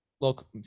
look